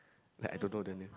that I don't know their name